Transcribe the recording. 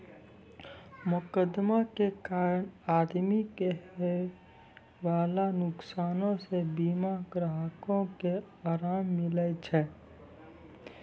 मोकदमा के कारण आदमी के होयबाला नुकसानो से बीमा ग्राहको के अराम मिलै छै